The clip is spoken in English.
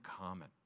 common